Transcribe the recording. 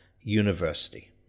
university